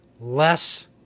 less